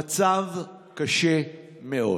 המצב קשה מאוד.